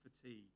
fatigue